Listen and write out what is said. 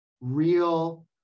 real